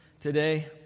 today